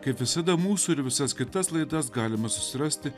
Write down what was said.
kaip visada mūsų ir visas kitas laidas galima susirasti